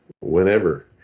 whenever